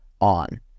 on